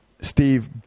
Steve